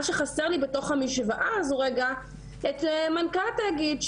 מה שחסר לי בתוך המשוואה הזו זה מנכ"ל התאגיד,